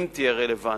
אם תהיה רלוונטית,